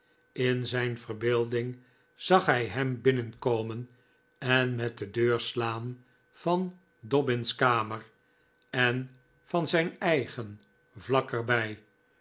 in zijn verbeelding zag hij hem binnenkomen en met de deur slaan van dobbin's kamer en van zijn eigen vlak er